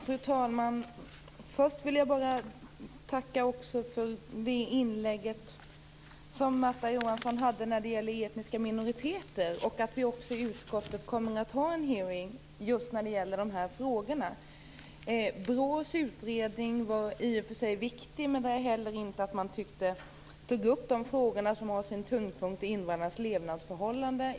Fru talman! Först vill jag tacka för det inlägg som Märta Johansson hade när det gäller etniska minoriteter. Utskottet kommer att ha en hearing just när det gäller dessa frågor. BRÅ:s utredning var i och för viktig. Men där tog man inte upp frågorna som har sin tyngdpunkt i invandrarnas levnadsförhållanden.